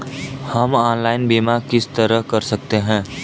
हम ऑनलाइन बीमा किस तरह कर सकते हैं?